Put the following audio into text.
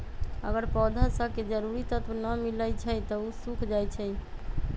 अगर पौधा स के जरूरी तत्व न मिलई छई त उ सूख जाई छई